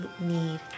need